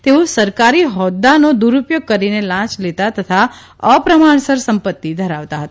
તેઓ સરકારી હોદ્દાનો દુરૂપયોગ કરીને લાંચ લેતા તથા અપ્રમાણસર સંપત્તિ ધરાવતા હતા